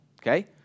Okay